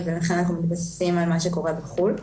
לכן אנחנו מתבססים על מה שקורה בחו"ל.